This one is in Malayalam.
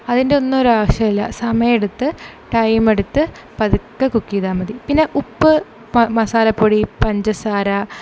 അതിൻറ്റൊന്നൊരാവശ്യവുമില്ല സമയമെടുത്ത് ടൈമെടുത്ത് പതുക്കെ കുക്ക് ചെയ്താൽ മതി പിന്നെ ഉപ്പ് മസാലപ്പൊടി പഞ്ചസാര